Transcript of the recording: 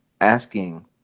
asking